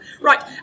Right